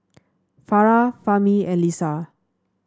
Farah Fahmi and Lisa